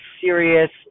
serious